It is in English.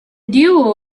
duo